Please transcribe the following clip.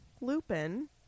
Lupin